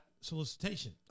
solicitation